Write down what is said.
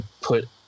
put